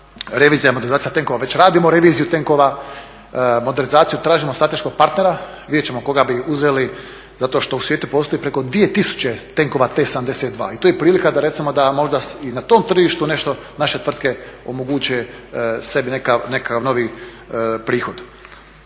revizija modernizacije tenkova, već radimo reviziju tenkova, modernizaciju tražimo strateškog partnera, vidjet ćemo koga bi uzeli zato što u svijetu postoji preko 2000 tenkova T-72 i to je prilika da recimo da možda i na tom tržištu nešto naše tvrtke omoguće sebi nekakav novi prihod.